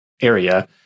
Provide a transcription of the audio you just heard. area